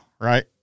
right